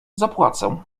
zapłacę